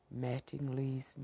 Mattingly's